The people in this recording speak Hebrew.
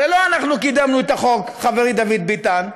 הרי לא אנחנו קידמנו את החוק, חברי דוד ביטן.